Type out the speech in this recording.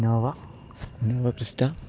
Innova Innova Crysta